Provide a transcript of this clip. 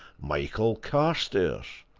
michael carstairs!